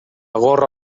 gorra